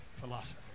philosophy